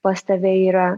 pas tave yra